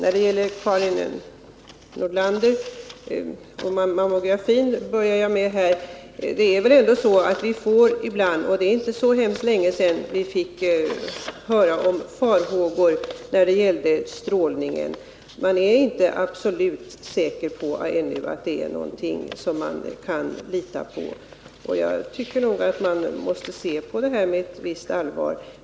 Så till vad Karin Nordlander sade om mammografi. Det är inte så länge sedan som det uttalades farhågor för strålningen. Man är ännu inte absolut säker på att man kan lita på den här metoden, och jag tycker nog att vi måste se på detta med ett visst allvar.